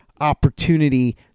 opportunity